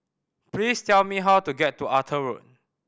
please tell me how to get to Arthur Road